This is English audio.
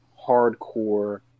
hardcore